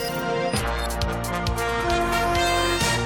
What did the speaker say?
(הישיבה נפסקה בשעה 01:32 ונתחדשה בשעה 01:37.)